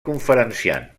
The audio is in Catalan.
conferenciant